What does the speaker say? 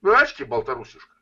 nu aiškiai baltarusiška